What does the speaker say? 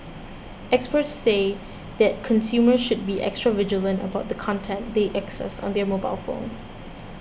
experts say that consumers should be extra vigilant about the content they access on their mobile phone